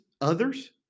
others